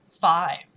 Five